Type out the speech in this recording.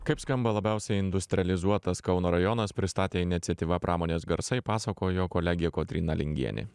kaip skamba labiausiai industrializuotas kauno rajonas pristatė iniciatyva pramonės garsai pasakojo kolegė kotryna lingienė